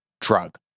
drug